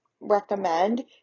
recommend